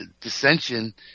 dissension